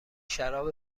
شراب